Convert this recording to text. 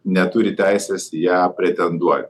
neturi teisės į ją pretenduot